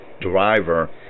driver